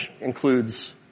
includes